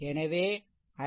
எனவே i1 i2 10